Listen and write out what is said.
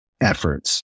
efforts